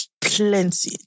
Plenty